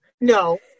No